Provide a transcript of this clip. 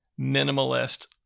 minimalist